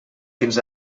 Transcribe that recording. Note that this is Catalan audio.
fins